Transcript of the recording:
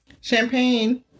Champagne